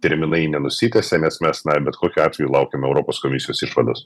terminai nenusitęsia nes mes na bet kokiu atveju laukiam europos komisijos išvados